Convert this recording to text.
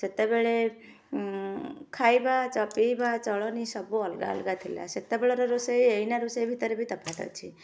ସେତେବେଳେ ଖାଇବା ଚା ପିଇବା ଚଳଣି ସବୁ ଅଲଗା ଅଲଗା ଥିଲା ସେତେବେଳର ରୋଷେଇ ଏଇନା ରୋଷେଇ ଭିତରେ ବି ତଫାତ ଅଛି